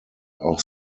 auch